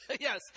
Yes